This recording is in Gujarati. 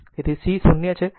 તેથી c 0 છે